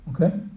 Okay